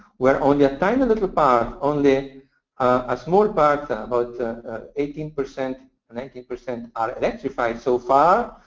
where only a tiny little part, only a small part, about eighteen percent, nineteen percent are electrified, so far,